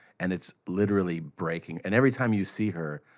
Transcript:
and it's literally breaking and every time you see her,